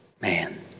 man